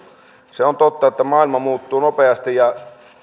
se on totta että maailma muuttuu nopeasti ja